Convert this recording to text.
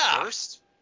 First